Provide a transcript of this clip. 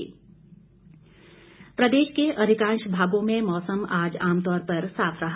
मौसम प्रदेश के अधिकांश भागों में मौसम आज आमतौर पर साफ रहा